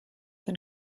than